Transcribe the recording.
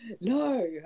No